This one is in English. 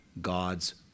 God's